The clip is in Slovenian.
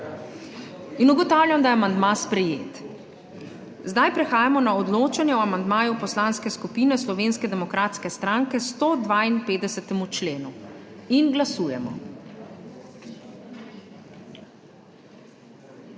1.) Ugotavljam, da je amandma sprejet. Zdaj prehajamo na odločanje o amandmaju Poslanske skupine Slovenske demokratske stranke 152. členu. Glasujemo.